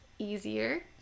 easier